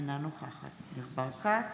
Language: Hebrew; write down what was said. אינה נוכחת ניר ברקת,